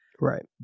Right